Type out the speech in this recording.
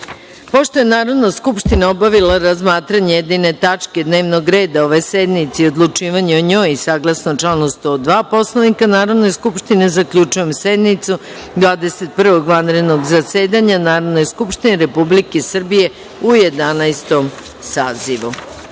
je Narodna skupština obavila razmatranje jedine tačke dnevnog reda ove sednice i odlučivanje o njoj, saglasno članu 102. Poslovnika Narodne skupštine, zaključujem sednicu Dvadeset prvog vanrednog zasedanja Narodne skupštine Republike Srbije u Jedanaestom